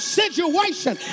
situation